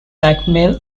blackmail